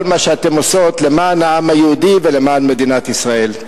מה שאתן עושות למען העם היהודי ולמען מדינת ישראל.